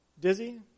Dizzy